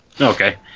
Okay